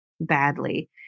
badly